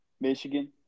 Michigan